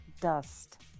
Dust